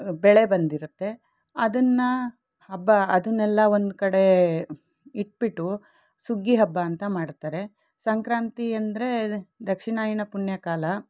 ಬೆಳೆ ಬಂದಿರತ್ತೆ ಅದನ್ನು ಹಬ್ಬ ಅದನ್ನೆಲ್ಲ ಒಂದು ಕಡೆ ಇಟ್ಬಿಟ್ಟು ಸುಗ್ಗಿ ಹಬ್ಬ ಅಂತ ಮಾಡ್ತಾರೆ ಸಂಕ್ರಾಂತಿ ಅಂದರೆ ದಕ್ಷಿಣಾಯನ ಪುಣ್ಯಕಾಲ